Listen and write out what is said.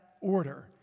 order